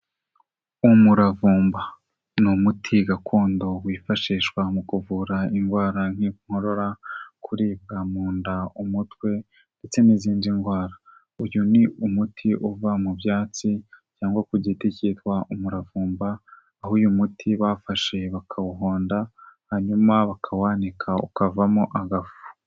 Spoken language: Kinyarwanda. Umuravumba ni umuti gakondo wifashishwa mu kuvura indwara nk'inkorora, kuribwa mu nda, umutwe ndetse n'izindi ndwara. Uyu ni umuti uva mu byatsi cyangwa ku giti cyitwa umuravumba, aho uyu muti bafashe bakawuhonda hanyuma bakawanika ukavamo agafu.